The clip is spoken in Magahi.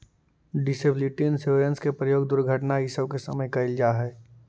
डिसेबिलिटी इंश्योरेंस के प्रयोग दुर्घटना इ सब के समय कैल जा हई